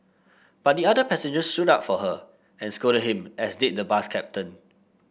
but the other passengers stood up for her and scolded him as did the bus captain